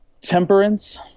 temperance